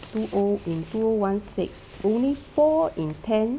two O in two O one six only four in ten